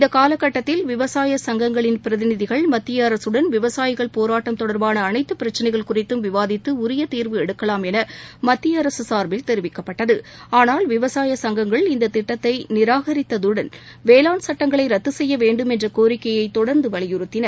இந்த னல கட்டத்தில் விவசாய சங்கங்களின் பிரதிநிதிகள் மத்திய அரசுடன் விவசாயிகள் போராட்டம் தொடர்பான அனைத்து பிரச்சினைகள் குறித்தும் விவாதித்து உரிய தீர்வு எடுக்கலாம் என மத்தியஅரசு சார்பில் தெரிவிக்கப்பட்டது ஆனால் விவசாயிகளின் சங்கங்கள் இந்த திட்டத்தை நிரானித்ததுடன் வேளான் சட்டங்களை ரத்து செய்யவேண்டும் என்ற கோரிக்கையை தொடர்ந்து வலியுறத்தின